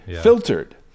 filtered